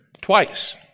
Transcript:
twice